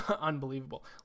unbelievable